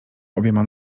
obiema